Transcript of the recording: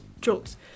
Jokes